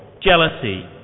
Jealousy